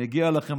מגיע לכם,